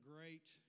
great